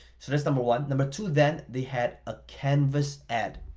so that's number one. number two, then they had a canvas ad,